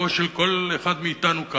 בלבו של כל אחד מאתנו כאן,